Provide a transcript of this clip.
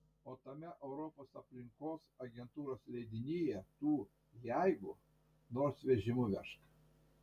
o tame europos aplinkos agentūros leidinyje tų jeigu nors vežimu vežk